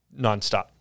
nonstop